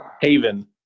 Haven